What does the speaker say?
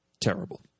terrible